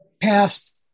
past